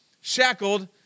shackled